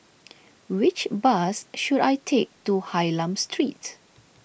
which bus should I take to Hylam Street